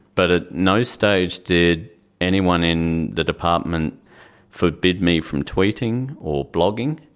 but at no stage did anyone in the department forbid me from tweeting or blogging,